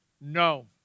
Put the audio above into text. No